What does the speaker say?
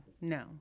no